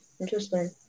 Interesting